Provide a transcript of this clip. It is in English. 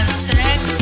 sex